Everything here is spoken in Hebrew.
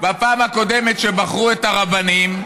בפעם הקודמת שבחרו את הרבנים,